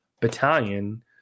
battalion